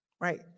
Right